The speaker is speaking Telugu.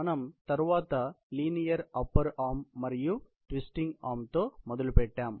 మనం తరువాత లీనియర్ అప్పర్ ఆర్మ్ మరియు ట్విస్టింగ్ ఆర్మ్ తో మొదలుపెట్టాము